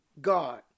God